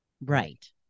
Right